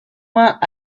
moins